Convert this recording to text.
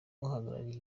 uhagarariye